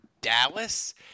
Dallas